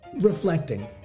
reflecting